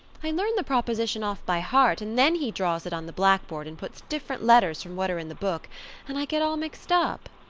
i learn the proposition off by heart and then he draws it on the blackboard and puts different letters from what are in the book and i get all mixed up.